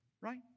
right